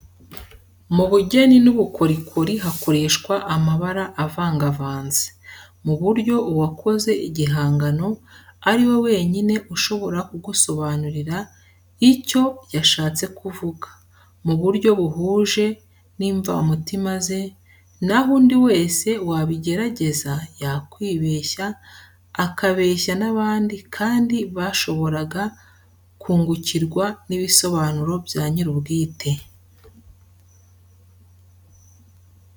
Mu bugeni n'ubukorikori hakoreshwa amabara avangavanze, mu buryo uwakoze igihangano ari we wenyine ushobora kugusobanuria icyo yashatse kuvuga, mu buryo buhuje n'imvamutima ze, na ho undi wese wabigerageza, yakwibeshya, akabeshya n'abandi kandi bashoboraga kungukirwa n'ibisobanuro bya nyir'ubwite.